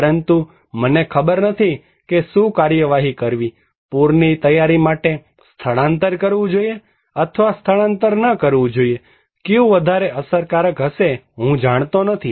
પરંતુ મને ખબર નથી કે શું કાર્યવાહી કરવી પુર ની તૈયારી માટે સ્થળાંતર કરવું જોઈએ અથવા સ્થળાંતર ન કરવું જોઈએકયું વધારે અસરકારક હશે હું જાણતો નથી